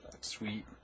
sweet